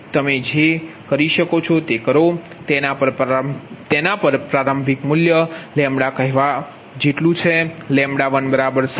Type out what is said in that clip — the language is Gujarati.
તમે જે કરી શકો છો તેના પર પ્રારંભિક મૂલ્ય કહેવા જેટલું છે 60